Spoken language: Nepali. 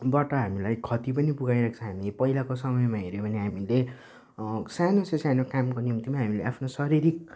बाट हामीलाई क्षति पनि पुर्याइरहेको छ हामी पहिलाको समयमा हेर्यौँ भने हामीले सानो ससानो कामको निम्तिमा पनि हामीले आफ्नो शरीरिक